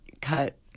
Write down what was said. cut